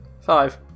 Five